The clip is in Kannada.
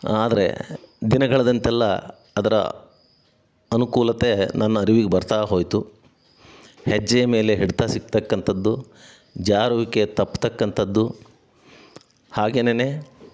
ಆದರೆ ದಿನಗಳೆದಂತೆಲ್ಲ ಅದರ ಅನುಕೂಲತೆ ನನ್ನ ಅರಿವಿಗೆ ಬರ್ತಾ ಹೋಯಿತು ಹೆಜ್ಜೆ ಮೇಲೆ ಹಿಡಿತ ಸಿಗ್ತಕ್ಕಂಥದ್ದು ಜಾರುವಿಕೆ ತಪ್ಪತಕ್ಕಂಥದ್ದು ಹಾಗೆನೆ